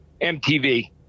MTV